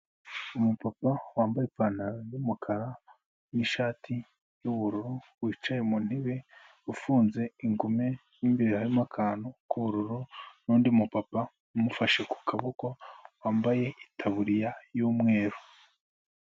Umupapa wambaye ipantaro y'umukara n'ishati y'ubururu, wicaye mu ntebe ufunze ingumi, mo imbere harimo akantu k'ubururu n'undi mupapa umufashe ku kaboko wambaye itaburiya y'umweru.